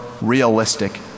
realistic